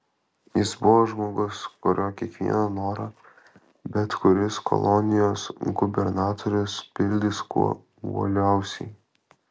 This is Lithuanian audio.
jis buvo žmogus kurio kiekvieną norą bet kuris kolonijos gubernatorius pildys kuo uoliausiai